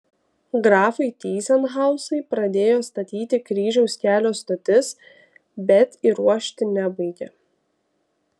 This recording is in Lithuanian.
grafai tyzenhauzai pradėjo statyti kryžiaus kelio stotis bet įruošti nebaigė